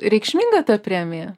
reikšminga ta premija